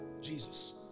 Jesus